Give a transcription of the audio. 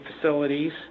facilities